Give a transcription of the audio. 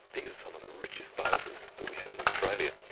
these are some of the richest biotas that we have in australia,